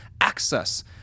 access